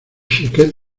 xiquets